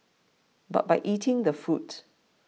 but by eating the food